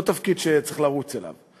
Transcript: לא תפקיד שצריך לרוץ אליו.